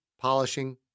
polishing